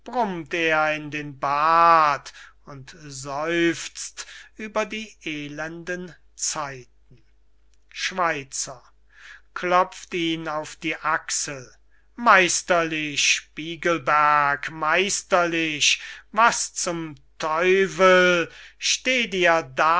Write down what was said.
er in den bart und seufzt über die elenden zeiten schweizer klopft ihn auf die achsel meisterlich spiegelberg meisterlich was zum teufel steht ihr